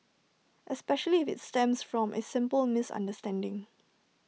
especially if IT stems from A simple misunderstanding